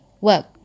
work